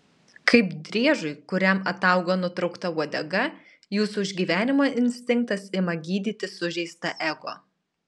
kaip driežui kuriam atauga nutraukta uodega jūsų išgyvenimo instinktas ima gydyti sužeistą ego